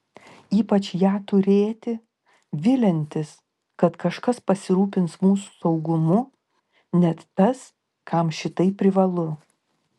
ypač ją turėti viliantis kad kažkas pasirūpins mūsų saugumu net tas kam šitai privalu